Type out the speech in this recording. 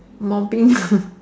mopping